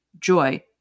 joy